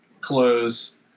close